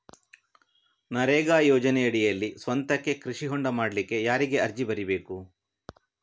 ನರೇಗಾ ಯೋಜನೆಯಡಿಯಲ್ಲಿ ಸ್ವಂತಕ್ಕೆ ಕೃಷಿ ಹೊಂಡ ಮಾಡ್ಲಿಕ್ಕೆ ಯಾರಿಗೆ ಅರ್ಜಿ ಬರಿಬೇಕು?